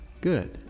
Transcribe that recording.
Good